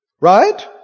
Right